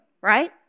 right